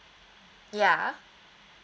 ya